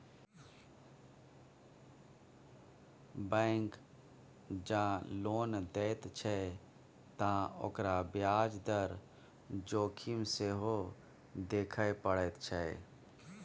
bank जँ loan दैत छै त ओकरा ब्याज दर जोखिम सेहो देखय पड़ैत छै